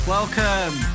Welcome